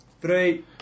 Three